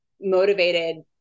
motivated